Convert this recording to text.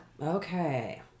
Okay